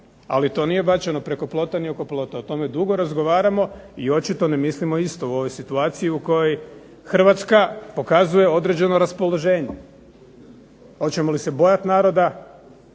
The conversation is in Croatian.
Ali to nije bačeno preko plota ni oko plota, o tome dugo razgovaramo i očito ne mislimo isto u ovoj situaciji u kojoj Hrvatska pokazuje određeno raspoloženje. Hoćemo li se bojat naroda